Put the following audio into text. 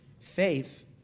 faith